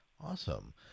Awesome